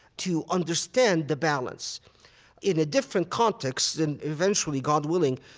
to understand the balance in a different context. and eventually, god willing,